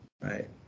right